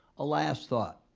a last thought.